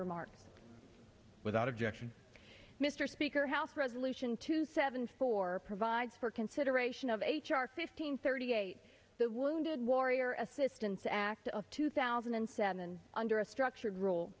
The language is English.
remarks without objection mr speaker house resolution two seven four provides for consideration of h r fifteen thirty eight the wounded warrior assistance act of two thousand and seven under a structured rule